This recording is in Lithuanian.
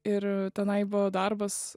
ir tenai buvo darbas